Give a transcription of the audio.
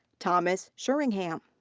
thomas sherringham.